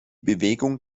bewegung